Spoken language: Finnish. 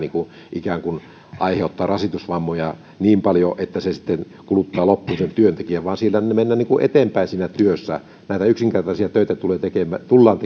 ikään kuin aiheuttaa rasitusvammoja niin paljon että se sitten kuluttaa loppuun sen työntekijän vaan siellä mennään eteenpäin siinä työssä näitä yksinkertaisia töitä tullaan